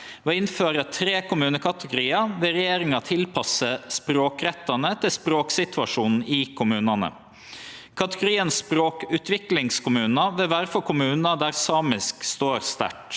å innføre tre kommunekategoriar vil regjeringa tilpasse språkrettane til språksituasjonen i kommunane. Kategorien «språkutviklingskommune» vil vere for kommunar der samisk står sterkt.